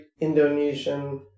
Indonesian